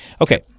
Okay